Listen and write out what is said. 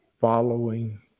following